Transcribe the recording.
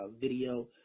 video